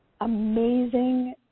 amazing